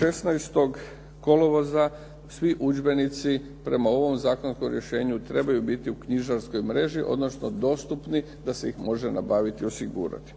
16. kolovoza svih udžbenici prema ovom zakonskom rješenju trebaju biti u knjižarskoj mreži, odnosno dostupni da se ih može nabaviti i osigurati.